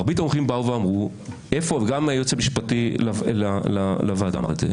מרבית המומחים באו ואמרו גם הייעוץ המשפטי לוועדה אמר את זה